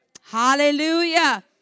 Hallelujah